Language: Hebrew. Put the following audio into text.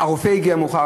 הרופא הגיע מאוחר,